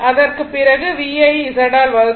அதற்கு பிறகு V யை Z ஆல் வகுக்கவும்